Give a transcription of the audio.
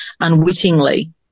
unwittingly